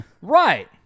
Right